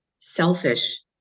Selfish